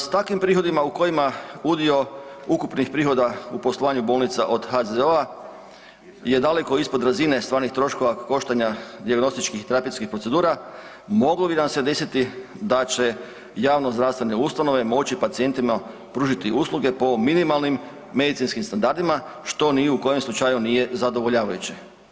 S takvim prihodima u kojima udio ukupnih prihoda u poslovanju bolnica od HZZO-a je daleko ispod razine stvarnih troškova koštanja dijagnostičkih i terapijskih procedura, moglo bi nam se desiti da će javno zdravstvene ustanove moći pacijentima pružiti usluge po minimalnim medicinskim standardima što ni u kojem slučaju nije zadovoljavajuće.